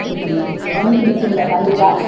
ம் பண்ணிக் கொடுப்பீங்களா கண்டிப்பாக